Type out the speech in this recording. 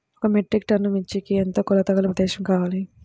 ఒక metric ton మిర్చికి ఎంత కొలతగల ప్రదేశము కావాలీ?